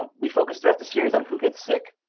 um we focus throughout the series on who gets sick,